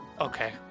okay